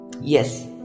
Yes